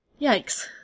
Yikes